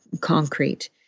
concrete